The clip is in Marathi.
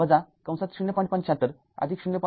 ७५ ०